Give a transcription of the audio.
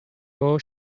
all